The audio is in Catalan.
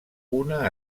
una